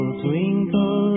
twinkle